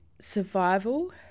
survival